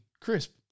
crisp